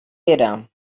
era